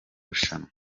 rushanwa